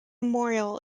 memorial